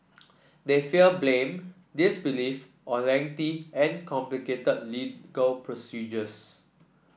they fear blame disbelief or lengthy and complicated legal procedures